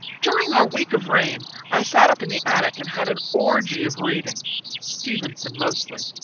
during our week of rain i sat up in the attic and had an orgy of reading stevenson, mostly.